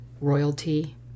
royalty